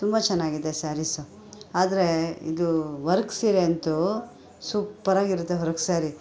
ತುಂಬ ಚೆನ್ನಾಗಿದೆ ಸ್ಯಾರೀಸ್ ಆದರೆ ಇದು ವರ್ಕ್ ಸೀರೆಯಂತೂ ಸೂಪ್ಪರಾಗಿರುತ್ತೆ ವರ್ಕ್ ಸ್ಯಾರಿ